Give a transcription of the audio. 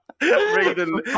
reading